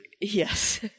Yes